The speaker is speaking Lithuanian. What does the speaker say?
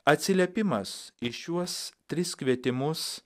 atsiliepimas į šiuos tris kvietimus